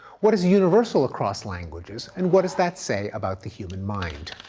what is universal across languages? and what does that say about the human mind?